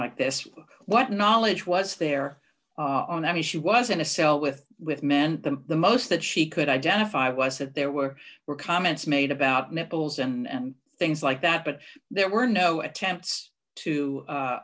like this what knowledge was there on that he she was in a cell with with men the most that she could identify was that there were were comments made about nipples and things like that but there were no attempts to a